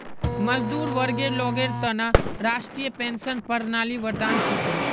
मजदूर वर्गर लोगेर त न राष्ट्रीय पेंशन प्रणाली वरदान छिके